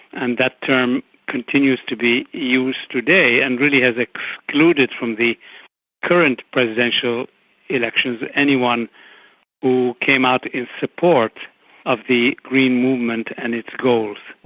and that term continues to be used today and really has excluded from the current presidential elections anyone who came out in support of the green movement and its goals.